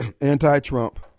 anti-Trump